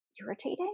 irritating